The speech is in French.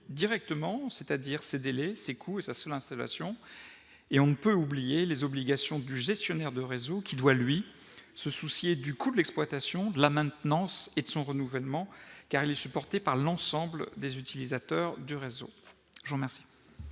directement, c'est-à-dire ces délais ses coûts et sa seule installation et on ne peut oublier les obligations du gestionnaire de réseau qui doit lui se soucier du coût de l'exploitation de la maintenance et de son renouvellement, car il est supporté par l'ensemble des utilisateurs du réseau Jean. Merci